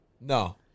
No